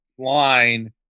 line